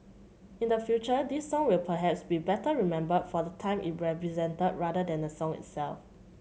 in the future this song will perhaps be better remembered for the time it represented rather than the song itself